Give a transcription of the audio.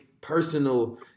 personal